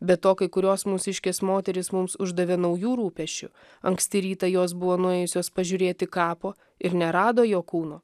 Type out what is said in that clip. be to kai kurios mūsiškės moterys mums uždavė naujų rūpesčių anksti rytą jos buvo nuėjusios pažiūrėti kapo ir nerado jo kūno